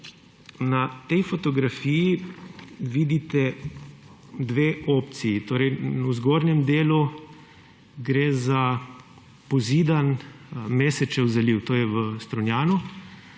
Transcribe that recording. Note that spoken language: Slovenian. Na tej fotografiji vidite dve opciji; torej v zgornjem delu gre za pozidan Mesečev zaliv, to je v Strunjanu,